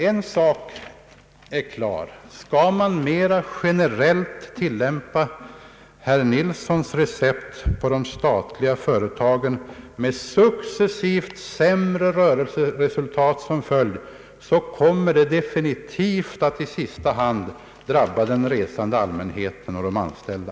En sak är dock klar: om man mera generellt skulle tillämpa herr Nilssons recept för de statliga företagen, med successivt sämre rörelseresultat som följd, kommer detta definitivt att i sista hand drabba den resande allmänheten och de anställda.